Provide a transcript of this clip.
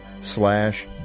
slash